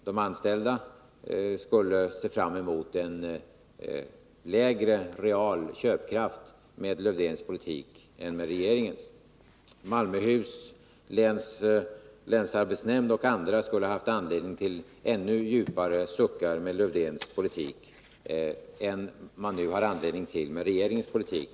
De anställda skulle också ha haft att se fram emot en lägre real köpkraft med Lars-Erik Lövdéns politik än med regeringens. Malmöhus läns länsarbetsnämnd och andra skulle ha haft anledning till ännu djupare suckar med Lars-Erik Lövdéns politik än vad man nu har anledning till med regeringens politik.